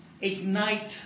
ignite